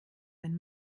wenn